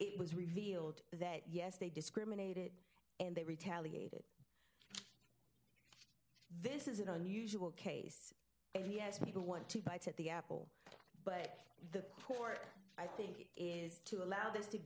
it was revealed that yes they discriminated and they retaliated this is an unusual case and yes people want to bite at the apple but the court i think is to allow this to